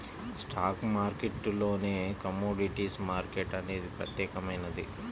stock మార్కెట్టులోనే commodities market అనేది ప్రత్యేకమైనది